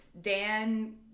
Dan